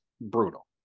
brutal